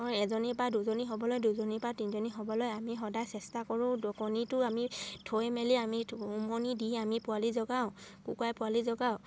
অঁ এজনীৰ পৰা দুজনী হ'বলৈ দুজনীৰ পৰা তিনিজনী হ'বলৈ আমি সদায় চেষ্টা কৰোঁ কণীটো আমি থৈ মেলি আমি উমনি দি আমি পোৱালি জগাওঁ কুকুৰাৰ পোৱালি জগাওঁ